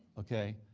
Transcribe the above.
okay?